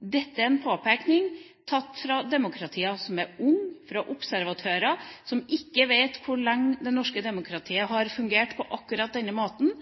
Dette er en påpekning ut fra demokratier som er unge, fra observatører som ikke vet hvor lenge det norske demokratiet har fungert på akkurat denne måten.